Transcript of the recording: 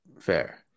Fair